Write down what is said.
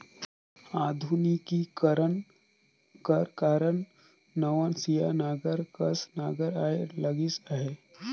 आधुनिकीकरन कर कारन नवनसिया नांगर कस नागर आए लगिस अहे